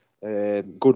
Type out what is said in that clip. Good